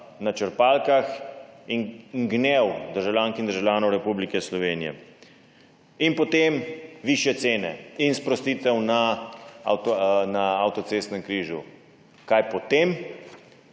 na črpalkah in gnev državljank in državljanov Republike Slovenije. In potem višje cene in sprostitev na avtocestnem križu. Kaj potem?